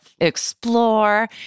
explore